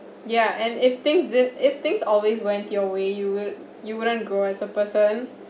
ya and if things if if things always went to your way you wouldn't you wouldn't grow as a person